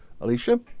Alicia